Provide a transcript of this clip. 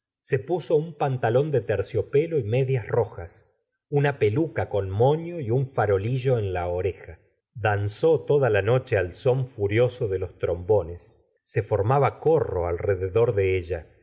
se puso un pantalón de terciopelo y medias rojas una peluca con moño y un farolillo en la oreja danzó toda la noche al son furioso de los trombones se formaba corro alrededor de ella